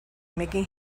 making